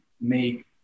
make